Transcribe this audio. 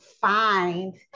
find